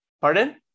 pardon